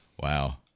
Wow